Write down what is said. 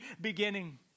beginning